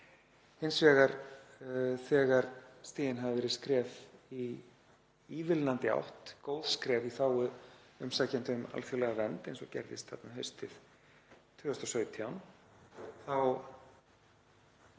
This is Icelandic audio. Hins vegar þegar stigin hafa verið skref í ívilnandi átt, góð skref í þágu umsækjenda um alþjóðlega vernd, eins og gerðist þarna haustið 2017, þá